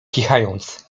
kichając